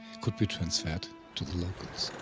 could be transferred to the locals.